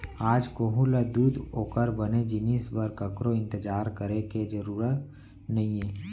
आज कोहूँ ल दूद ओकर बने जिनिस बर ककरो इंतजार करे के जरूर नइये